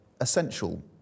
essential